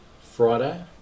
Friday